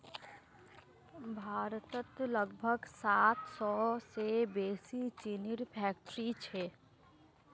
भारतत लगभग सात सौ से बेसि चीनीर फैक्ट्रि छे